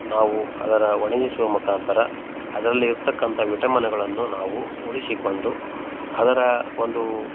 ನಾವು ಅದರ ಒಣಿಗಿಸುವ ಮುಖಾಂತರ ಅದ್ರಲ್ಲಿ ಇರತಕ್ಕಂಥ ವಿಟಮಿನಗಳನ್ನು ನಾವು ಉಳಿಸಿಕೊಂಡು ಅದರ ಒಂದು